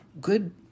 Good